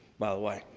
by the way.